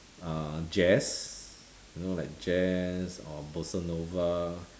uh jazz you know like jazz or bossa nova